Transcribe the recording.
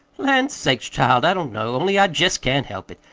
lan' sakes, child, i don't know, only i jest can't help it.